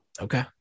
Okay